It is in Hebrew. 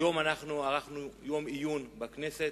היום ערכנו יום עיון בכנסת,